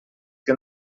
que